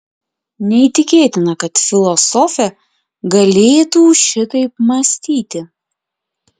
neįtikėtina kad filosofė galėtų šitaip mąstyti